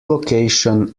location